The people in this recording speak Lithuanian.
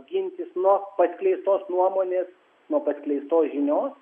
gintis nuo paskleistos nuomonės nuo paskleistos žinios